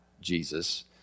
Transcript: Jesus